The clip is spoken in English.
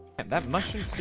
and that mushroom